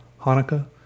Hanukkah